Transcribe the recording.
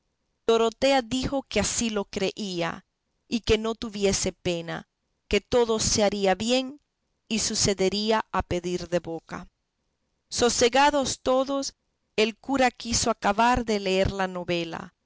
dorotea dijo que así lo creía y que no tuviese pena que todo se haría bien y sucedería a pedir de boca sosegados todos el cura quiso acabar de leer la novela